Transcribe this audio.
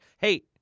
Hey